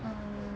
err